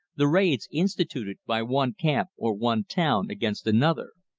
the raids instituted by one camp or one town against another.